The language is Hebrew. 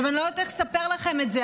אני לא יודעת איך לספר לכם את זה,